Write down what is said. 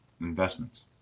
investments